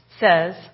says